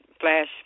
flash